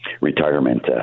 retirement